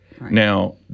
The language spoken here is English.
now